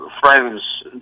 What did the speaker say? friends